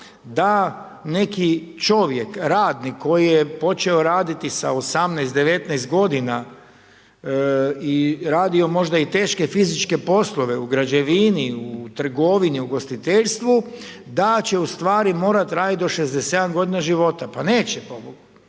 da neki čovjek, radnik koji je počeo raditi sa 18, 19 godina i radio možda i teške fizičke poslove u građevini, u trgovini, u ugostiteljstvu, da će ustvari morati raditi do 67 godina života, pa neće.